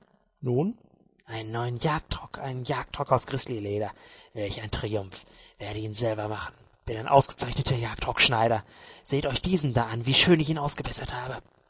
nun einen neuen jagdrock einen jagdrock aus grizzlyleder welch ein triumph werde ihn selber machen bin ein ausgezeichneter jagdrockschneider seht euch diesen da an wie schön ich ihn ausgebessert habe